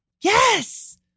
Yes